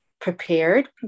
prepared